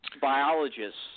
biologists